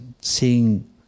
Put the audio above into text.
seeing